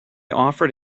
offered